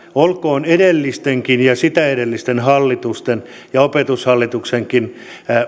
olkoon edellistenkin ja sitä edellisten hallitusten ja opetushallituksenkin